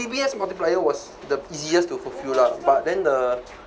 D_B_S multiplier was the easiest to fulfill lah but then the